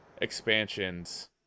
expansions